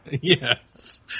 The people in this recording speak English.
Yes